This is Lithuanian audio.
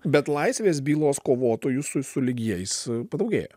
bet laisvės bylos kovotojų su sulig jais padaugėjo